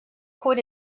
quit